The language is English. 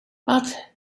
but